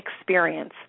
experience